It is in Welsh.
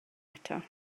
eto